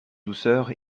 douceur